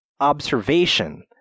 observation